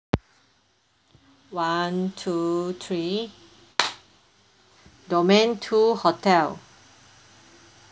one two three domain two hotel